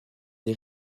des